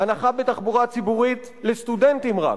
הנחה בתחבורה הציבורית רק לסטודנטים.